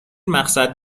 مقصد